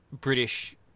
British